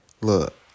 Look